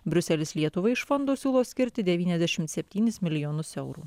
briuselis lietuvai iš fondo siūlo skirti devyniasdešim septynis milijonus eurų